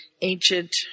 ancient